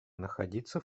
находиться